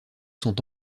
sont